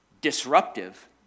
disruptive